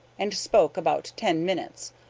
and spoke about ten minutes,